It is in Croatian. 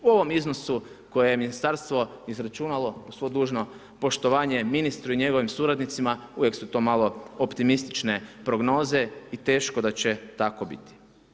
U ovom iznosu koje je Ministarstvo izračunalo uz svo dužno poštovanje ministru i njegovim suradnicima, uvijek su to malo optimistične prognoze i teško da će tako biti.